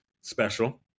special